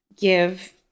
give